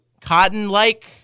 cotton-like